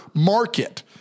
market